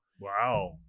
Wow